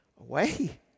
away